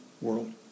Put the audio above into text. world